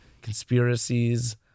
conspiracies